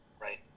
Right